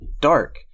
dark